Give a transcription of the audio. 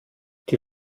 die